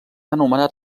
anomenat